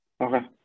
Okay